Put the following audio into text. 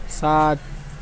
سات